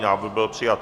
Návrh byl přijat.